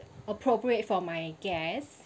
appropriate for my guests